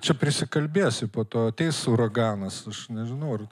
čia prisikalbėsiu po to ateis uraganas aš nežinau ar